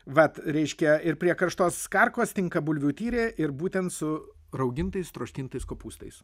vat reiškia ir prie karštos karkos tinka bulvių tyrė ir būtent su raugintais troškintais kopūstais